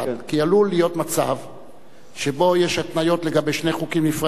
כי עלול להיות מצב שבו יש התניות לגבי שני חוקים נפרדים,